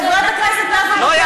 חברת הכנסת נאוה בוקר,